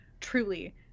truly